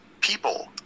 people